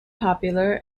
popular